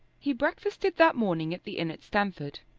he breakfasted that morning at the inn at stamford,